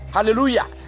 Hallelujah